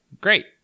Great